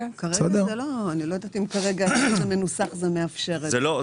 אני לא יודעת אם כרגע זה מנוסח ומאפשר את זה.